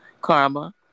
karma